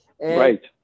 Right